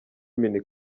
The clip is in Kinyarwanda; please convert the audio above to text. mini